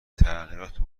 تغییرات